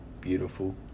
beautiful